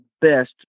best